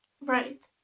Right